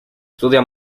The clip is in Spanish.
estudia